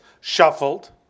shuffled